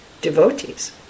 devotees